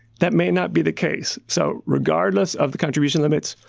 that may not be the case so regardless of the contribution limits,